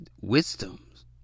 Wisdom's